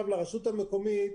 לרשות המקומית